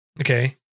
Okay